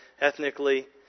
ethnically